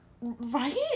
right